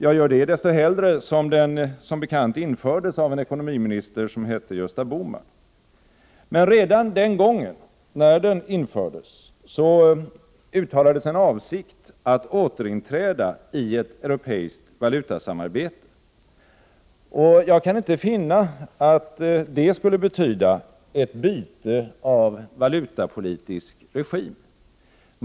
Jag gör det desto hellre som den som bekant infördes av en ekonomiminister som hette Gösta Bohman. Men redan den gången uttalades en avsikt att återinträda i ett europeiskt valutasamarbete. Och jag kan inte finna att det skulle betyda ett byte av valutapolitisk regim.